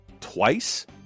twice